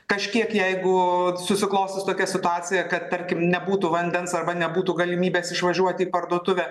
kažkiek jeigu susiklostys tokia situacija kad tarkim nebūtų vandens arba nebūtų galimybės išvažiuoti į parduotuvę